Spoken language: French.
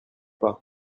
pas